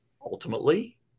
ultimately